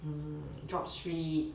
mm jobstreet